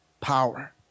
power